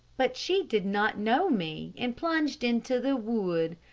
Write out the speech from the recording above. but she did not know me, and plunged into the wood.